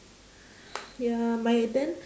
ya my then